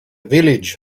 village